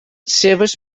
seues